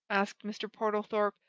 asked mr. portlethorpe,